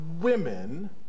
women